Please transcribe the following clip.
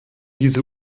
diese